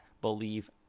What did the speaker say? Believe